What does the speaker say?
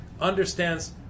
understands